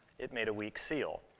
it made a weak seal.